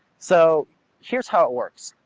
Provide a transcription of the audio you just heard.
so here's how it works.